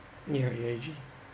yeah A_I_G